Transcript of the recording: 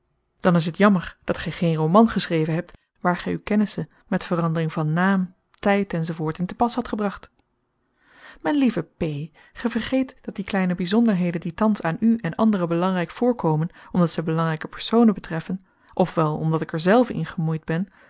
dan is het jammer dat gij geen roman geschreven hebt waar gij uw kennissen met verandering van naam tijd enz in te pas had gebracht mijn lieve p gij vergeet dat die kleine bijzonderheden die thans aan u en anderen belangrijk voorkomen omdat zij belangrijke personen betreffen of wel omdat ik er zelve in gemoeid ben